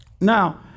Now